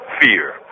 Fear